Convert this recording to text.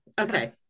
Okay